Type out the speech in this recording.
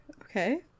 Okay